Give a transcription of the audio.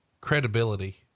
credibility